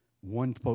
One